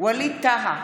ווליד טאהא,